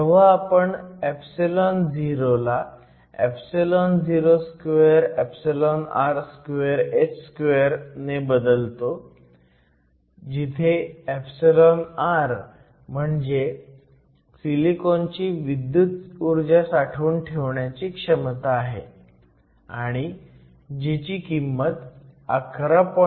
जेव्हा आपण εo ला o2 r2 h2 ने बदलतो जिथे εr म्हणजे सिलिकॉनची विद्युत ऊर्जा साठवून ठेवण्याची क्षमता आहे आणि जीची किंमत 11